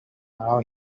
now